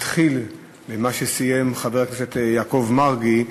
אתחיל במה שסיים חבר הכנסת יעקב מרגי,